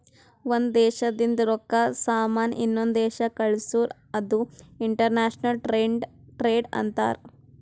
ಒಂದ್ ದೇಶದಿಂದ್ ರೊಕ್ಕಾ, ಸಾಮಾನ್ ಇನ್ನೊಂದು ದೇಶಕ್ ಕಳ್ಸುರ್ ಅದು ಇಂಟರ್ನ್ಯಾಷನಲ್ ಟ್ರೇಡ್ ಅಂತಾರ್